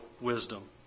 wisdom